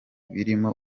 birimo